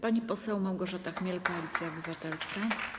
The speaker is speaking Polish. Pani poseł Małgorzata Chmiel, Koalicja Obywatelska.